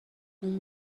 اون